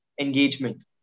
engagement